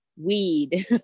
Weed